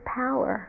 power